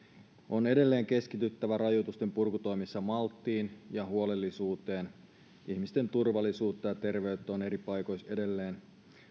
on edelleen keskityttävä rajoitusten purkutoimissa malttiin ja huolellisuuteen ihmisten turvallisuutta ja terveyttä on eri paikoissa edelleen